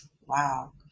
wow